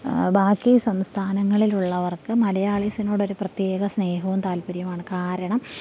ബാക്കി സംസ്ഥാനങ്ങളിലുള്ളവർക്ക് മലയാളീസിനോട് ഒരു പ്രതേക സ്നേഹവും താല്പര്യവുമാണ് കാരണം